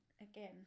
again